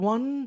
One